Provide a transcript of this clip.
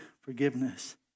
forgiveness